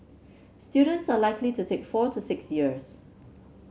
students are likely to take four to six years